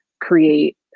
create